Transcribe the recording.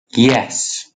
yes